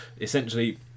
essentially